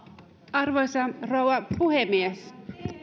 arvoisa rouva puhemies